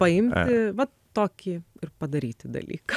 paimti vat tokį ir padaryti dalyką